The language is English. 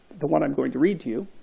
the one i'm going to read to you,